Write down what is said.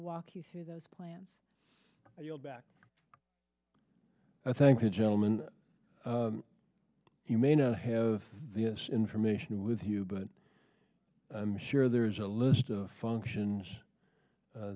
walk you through those plans and you'll back i thank the gentleman you may now have the information with you but i'm sure there is a list of functions